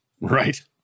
Right